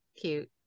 cute